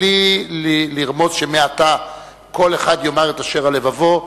בלי לרמוז שמעתה כל אחד יאמר אשר על לבבו.